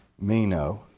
Mino